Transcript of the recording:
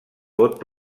pot